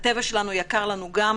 הטבע שלנו גם יקר לנו,